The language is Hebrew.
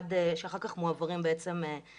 עד שאחר כך מועברים לעמותות.